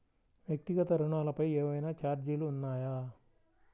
వ్యక్తిగత ఋణాలపై ఏవైనా ఛార్జీలు ఉన్నాయా?